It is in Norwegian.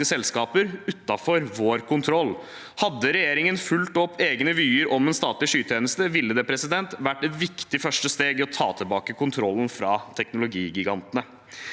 selskaper utenfor vår kontroll. Hadde regjeringen fulgt opp egne vyer om en statlig skytjeneste, ville det vært et viktig første steg i å ta tilbake kontrollen fra teknologigigantene.